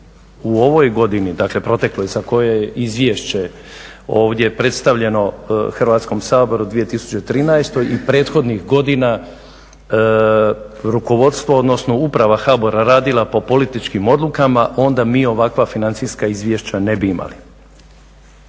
u ovoj godini, dakle protekloj za koje je izvješće ovdje predstavljeno Hrvatskom saboru 2013. i prethodnih godina rukovodstvo odnosno uprava HBOR-a radila po političkim odlukama onda mi ovakva financija izvješća ne bi imali.